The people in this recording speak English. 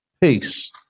peace